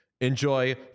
enjoy